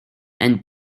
and